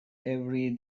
every